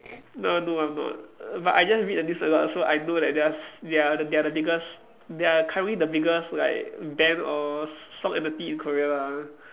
no I don't I'm not but I just read the newspaper so I know that they are s~ they are they are the biggest they are currently the biggest like band or s~ some entity in Korea lah